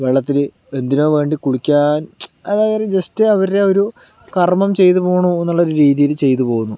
വെള്ളത്തില് എന്തിനോ വേണ്ടി കുളിക്കാൻ അതായത് ജസ്റ്റ് അവരുടെ ഒരു കർമ്മം ചെയ്ത് പോണു എന്നൊള്ളൊരു രീതിയില് ചെയ്ത് പോകുന്നു